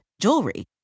jewelry